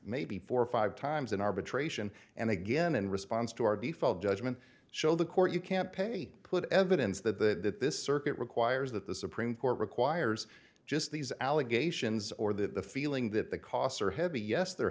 maybe four or five times in arbitration and again in response to our default judgment show the court you can't pay put evidence that that that this circuit requires that the supreme court requires just these allegations or that the feeling that the costs are heavy yes they're